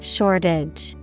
Shortage